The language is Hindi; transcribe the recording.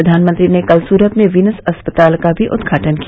प्रधानमंत्री ने कल सूरत में वीनस अस्पताल का भी उद्घाटन किया